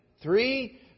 Three